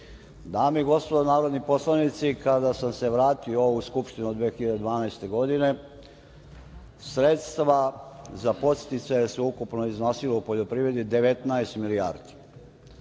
i gospodo narodni poslanici, kada sam se vratio u ovu Skupštinu 2012. godine, sredstva za podsticaja su ukupno iznosila u poljoprivredi 19 milijardi.